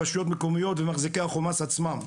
רשויות מקומיות ומחזיקי החומ"ס עצמם.